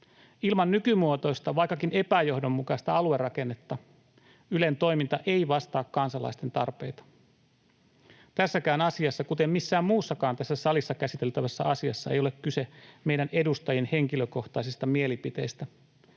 Ilman nykymuotoista, vaikkakin epäjohdonmukaista, aluerakennetta Ylen toiminta ei vastaa kansalaisten tarpeita. Tässäkään asiassa, kuten missään muussakaan tässä salissa käsiteltävässä asiassa, ei ole kyse meidän edustajien henkilökohtaisista mielipiteistä,